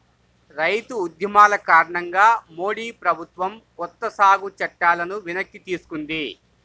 రైతు ఉద్యమాల కారణంగా మోడీ ప్రభుత్వం కొత్త సాగు చట్టాలను వెనక్కి తీసుకుంది